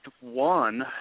one